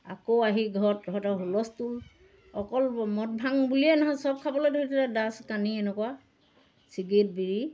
আকৌ আহি ঘৰত তাহাঁতৰ হুলস্থুল অকল মদ ভাং বুলিয়ে নহয় চব খাবলৈ ধৰিছে ড্ৰাগছ কানি এনেকুৱা চিগাৰেট বিড়ি